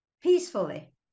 peacefully